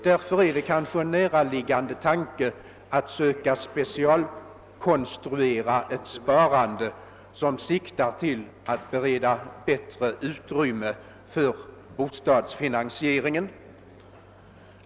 Därför är det kanske en näraliggande tanke att söka specialkonstruera ett sparande som siktar till att bereda bättre utrymme för bostadsfinansieringen.